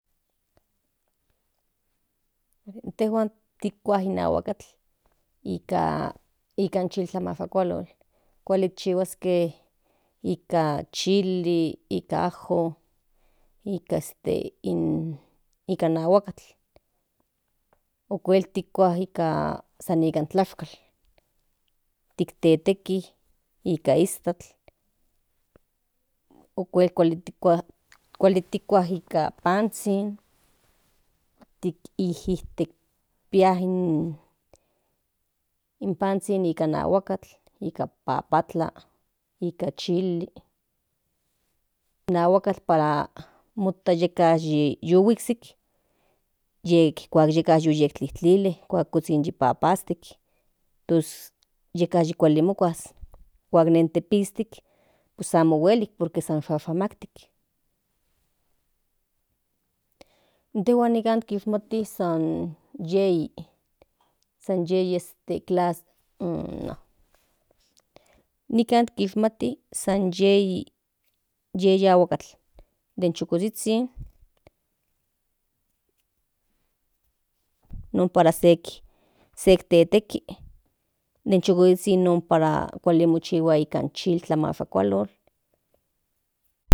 Tejuan kikua in aguacatl ika chiltlamashakualolnika chili nika ajo nika este in aguacatl okuel tikua san nikan tlashkal tikteteki ika iztakl okuel kuali tikua kuali tikua nika panzhin ijtek ijtek pia in panzhin nikan aguacatl nika papatla nika chili in aguacatl para yu mota yuhuiksik yek kuak yeka yu tlijtlile kuak kuzhin yi papastik tos yeka yi kuali mokuas kuak nen tepiztik pues amo huelik por que san xoxonaktik jntejuan nikan kishmati san yei este clas nikan kishmati san yei aguacatl den chukozhizhin non para sek teteki den chukozhizhin non para kuali chihua in chiltlamashakualol.